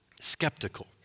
skeptical